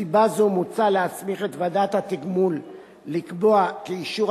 מסיבה זו מוצע להסמיך את ועדת התגמול לקבוע כי אישור